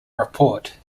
report